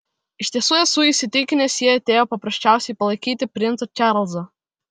iš tiesų esu įsitikinęs ji atėjo paprasčiausiai palaikyti princo čarlzo